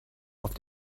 auf